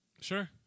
Sure